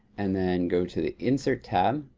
and then go to the insert tab,